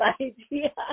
idea